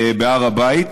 בהר הבית.